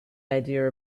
idea